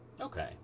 Okay